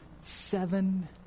seven